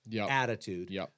attitude